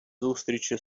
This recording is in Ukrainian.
зустрічі